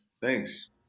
Thanks